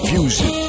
Fusion